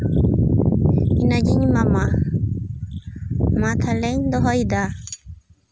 ᱚᱱᱟᱜᱤᱧ ᱮᱢᱟᱢᱟ ᱢᱟ ᱛᱟᱦᱚᱞᱮᱧ ᱫᱚᱦᱚᱭᱮᱫᱟ